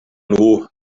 nhw